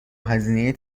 هزینه